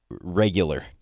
regular